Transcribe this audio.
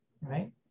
right